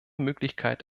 möglichkeit